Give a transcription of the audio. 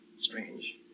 Strange